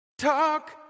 Talk